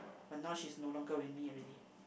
but now she's no longer with me already